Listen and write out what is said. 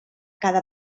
cada